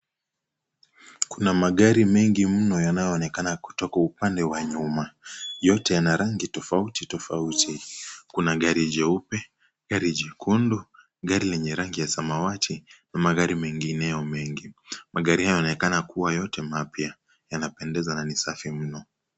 Kuna magari mengi mno yanayoonekana kutoka upande wa nyuma, yote yana rangi tofauti tofauti, kuna gari jeupe, gari jekundu, gari lenye rangi ya samawati na magari mengineo mengi. Magari hayo yanaonekana yote kuwa mapya, yanapendeza na ni safi mno.